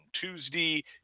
Tuesday